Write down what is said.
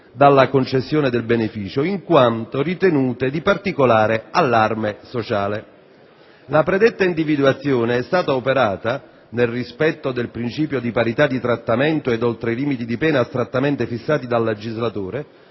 La predetta individuazione è stata operata, nel rispetto del principio di parità di trattamento e oltre i limiti di pena astrattamente fissati dal legislatore,